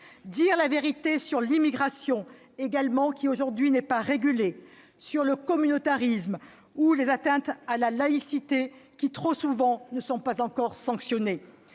dire la vérité sur l'immigration, qui, aujourd'hui, n'est pas régulée, sur le communautarisme ou les atteintes à la laïcité, qui, trop souvent encore, ne sont pas sanctionnées.